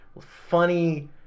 funny